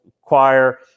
Choir